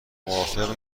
موافق